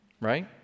Right